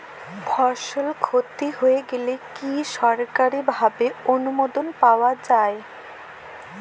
ফসল ক্ষতি হয়ে গেলে কি সরকারি ভাবে অনুদান পাওয়া য়ায়?